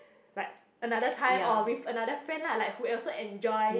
like another time or with another friend like who would also enjoy